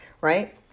right